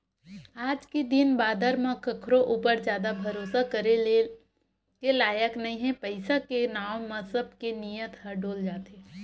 आज के दिन बादर म कखरो ऊपर जादा भरोसा करे के लायक नइ हे पइसा के नांव म सब के नियत ह डोल जाथे